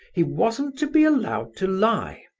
he wasn't to be allowed to lie.